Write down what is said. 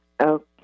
Okay